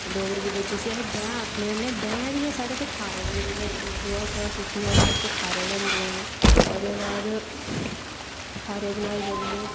डोगरी च साढ़े इत्थै उसी बैंऽ आखने होन्ने आं बैंऽ दे साढ़े इत्थै खारे बनदे गोहा सु'ट्टने आस्तै खारे बनदे ऐ ओह्दे बाद खारे बनाए जंदे